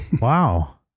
Wow